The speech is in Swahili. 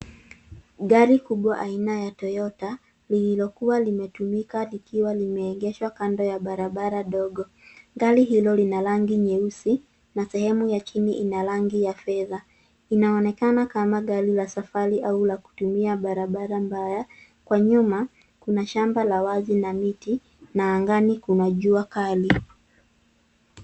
Gari kubwa aina ya toyota lililokuwa limetumika likiwa limeegeshwa kando ya barabara ndogo ,gari hilo lina rangi nyeusi na sehemu ya chini ina rangi ya fedha, inaonekana kama gari la safari au la kutumia barabara mbaya kwa nyuma kuna shamba la wazi na miti na angani kuna jua kali.